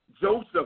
Joseph